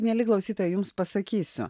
mieli klausytojai jums pasakysiu